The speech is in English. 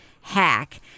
hack